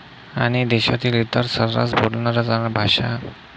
आणि देशातील इतर सर्रास बोलणाऱ्या जाणाऱ्या भाषा